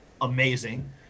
amazing